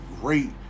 great